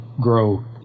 grow